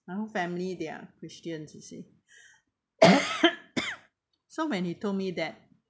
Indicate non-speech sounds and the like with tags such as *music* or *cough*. our family they are christians you see *coughs* so when he told me that